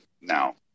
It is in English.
now